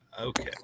Okay